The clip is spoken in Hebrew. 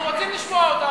אנחנו רוצים לשמוע אותם,